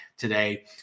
Today